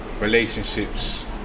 relationships